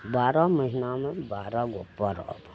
बारह महिनामे बारह गो पर्व